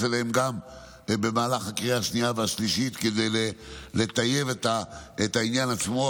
אליהן גם במהלך הקריאה השנייה והשלישית כדי לטייב את העניין עצמו,